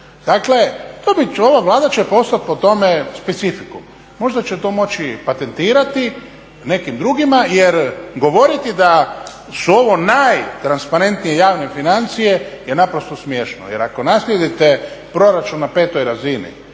Dakle, ova Vlada će ostati po tome specifikum. Možda će to moći patentirati nekim drugima. Jer govoriti da su ovo najtransparentnije javne financije je naprosto smiješno. Jer ako naslijedite proračun na petoj razini